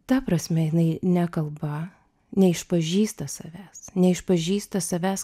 ta prasme jinai nekalba neišpažįsta savęs neišpažįsta savęs